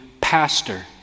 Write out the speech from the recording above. pastor